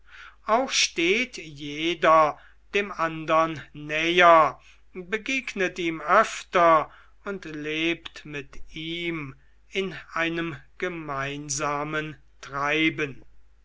auch steht jeder dem andern näher begegnet ihm öfter und lebt mit ihm in einem gemeinsamen treiben